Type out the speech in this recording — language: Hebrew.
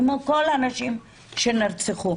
כמו כל הנשים שנרצחו.